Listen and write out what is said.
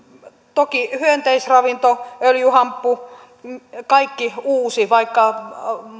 toki hyönteisravinto öljyhamppu kaikki uusi vaikka